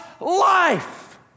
life